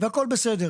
והכל בסדר.